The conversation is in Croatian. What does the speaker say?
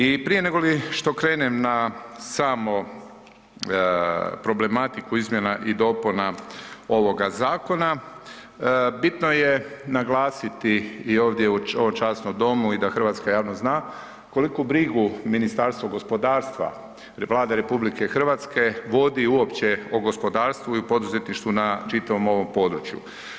I prije nego li što krenem na samo problematiku izmjena i dopuna ovoga zakona, bitno je naglasiti i u ovdje u časnom domu i da hrvatska javnost zna, koliku brigu Ministarstvo gospodarstva i Vlada RH vodi uopće o gospodarstvu i poduzetništvu na čitavom ovom području.